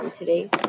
today